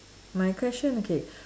my question okay